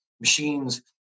machines